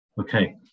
Okay